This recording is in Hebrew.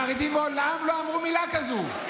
החרדים מעולם לא אמרו מילה כזאת.